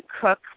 cook